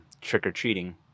trick-or-treating